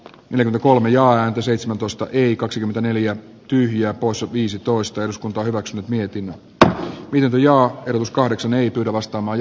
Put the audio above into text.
yli kolme joan seitsemäntoista eli kaksikymmentäneljä tyhjää poissa viisitoista eduskunta hyväksynyt mietin että tässä on kahdeksan ei kyllä vastaamaan